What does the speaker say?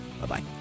Bye-bye